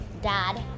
dad